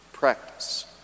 practice